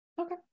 okay